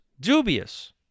dubious